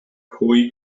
pwy